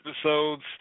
episodes